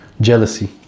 jealousy